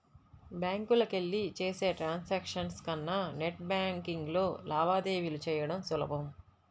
బ్యాంకులకెళ్ళి చేసే ట్రాన్సాక్షన్స్ కన్నా నెట్ బ్యేన్కింగ్లో లావాదేవీలు చెయ్యడం సులభం